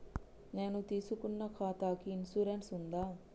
నేను తీసుకున్న ఖాతాకి ఇన్సూరెన్స్ ఉందా?